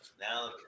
Now